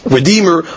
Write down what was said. Redeemer